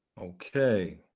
Okay